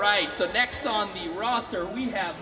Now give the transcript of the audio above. right so next on the roster we have